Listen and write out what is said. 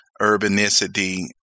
urbanicity